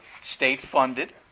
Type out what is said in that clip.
state-funded